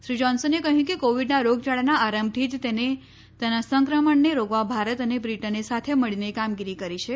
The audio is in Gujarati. શ્રી જોન્સને કહ્યું કે કોવિડના રોગચાળાના આરંભથી જ તેને તેના સંક્રમણને રોકવા ભારત અને બ્રિટને સાથે મળીને કામગીરી કરી છે